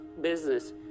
business